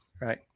Right